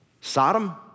Sodom